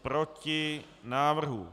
Proti návrhu.